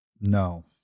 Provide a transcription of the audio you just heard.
No